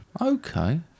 Okay